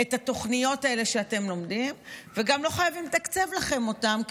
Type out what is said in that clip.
את התוכניות האלה שאתם לומדים וגם לא חייבים לתקצב לכם אותן,